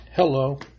Hello